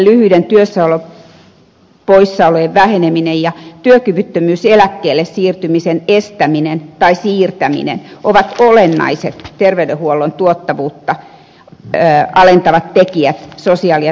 työssäjaksaminen lyhyiden työstä poissaolojen väheneminen ja työkyvyttömyyseläkkeelle siirtymisen estäminen tai siirtäminen ovat olennaiset terveydenhuollon tuottavuuteen vaikuttavat tekijät sosiaali ja terveyspuolella